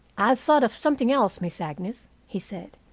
i've thought of something else, miss agnes, he said.